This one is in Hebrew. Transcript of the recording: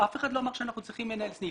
אף אחד לא אמר שאנחנו צריכים מנהל סניף